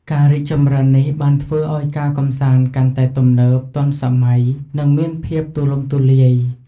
ការរីកចម្រើននេះបានធ្វើឱ្យការកម្សាន្តកាន់តែទំនើប ទាន់សម័យ និងមានភាពទូលំទូលាយ។